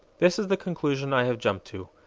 this is the conclusion i have jumped to.